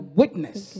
witness